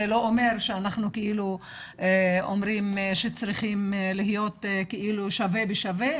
זה לא אומר שאנחנו אומרים שצריכים להיות שווה בשווה,